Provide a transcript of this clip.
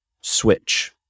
switch